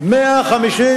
כבוד השר, זה לא האו"ם.